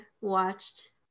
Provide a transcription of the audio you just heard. watched